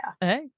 Hey